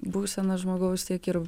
būseną žmogaus tiek ir